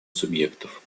субъектов